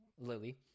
Lily